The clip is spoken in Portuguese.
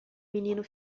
menino